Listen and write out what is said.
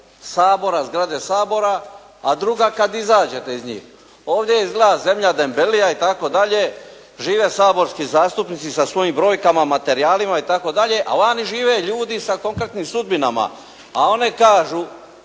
Sabora, zgrade Sabora, a druga kada izađete iz njih. Ovdje je izgleda zemlja dembelija itd., žive saborski zastupnici sa svojim brojkama, materijalima itd., a vani žive ljudi sa konkretnim sudbinama. A one kažu,